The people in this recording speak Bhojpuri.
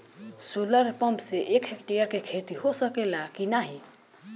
सोलर पंप से एक हेक्टेयर क खेती हो सकेला की नाहीं?